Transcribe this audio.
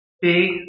big